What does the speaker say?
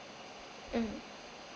hmm